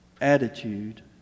attitude